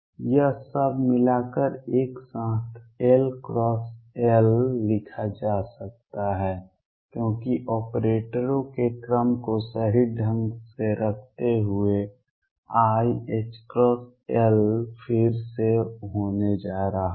यह सब मिलाकर एक साथ L L लिखा जा सकता है क्योंकि ऑपरेटरों के क्रम को सही ढंग से रखते हुए iℏL फिर से होने जा रहा है